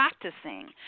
practicing